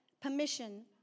permission